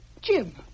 Jim